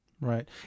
Right